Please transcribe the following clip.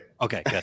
okay